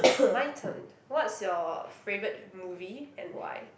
my turn what's your favourite movie and why